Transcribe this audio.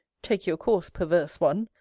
take your course, perverse one!